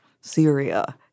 Syria